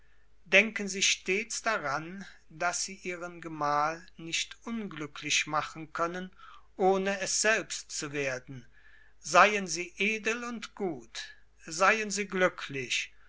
denken sie stets daran daß sie ihren gemahl nicht unglücklich machen können ohne es selbst zu werden seien sie edel und gut seien sie glücklich